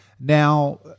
Now